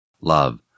Love